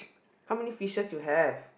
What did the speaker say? how many fishes you have